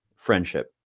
friendship